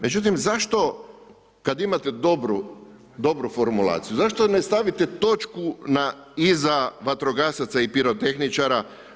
Međutim, zašto kad imate dobro formulaciju zašto ne stavite točku iza vatrogasaca i pirotehničara?